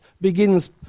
begins